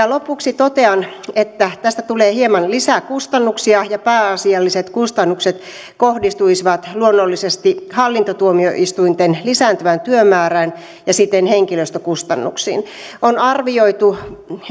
lopuksi totean että tästä tulee hieman lisää kustannuksia ja pääasialliset kustannukset kohdistuisivat luonnollisesti hallintotuomioistuinten lisääntyvään työmäärään ja siten henkilöstökustannuksiin on arvioitu